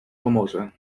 pomoże